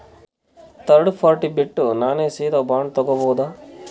Third party ಬಿಟ್ಟು ನಾನೇ ಸೀದಾ ಬಾಂಡ್ ತೋಗೊಭೌದಾ?